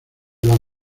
las